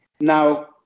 Now